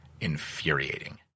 infuriating